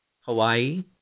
Hawaii